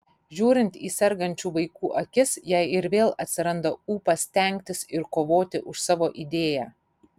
žiūrint į sergančių vaikų akis jai ir vėl atsiranda ūpas stengtis ir kovoti už savo idėją